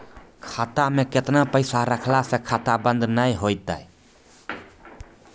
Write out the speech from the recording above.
खाता मे केतना पैसा रखला से खाता बंद नैय होय तै?